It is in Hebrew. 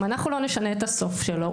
אם אנחנו לא נשנה את הסוף שלו,